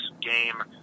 game